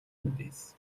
үдээс